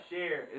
Share